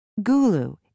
Gulu